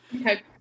Okay